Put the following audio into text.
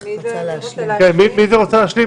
חוק המועצה לגיל הרך --- המועצה לגיל הרך זה לא הנצחה.